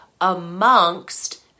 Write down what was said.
amongst